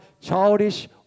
childish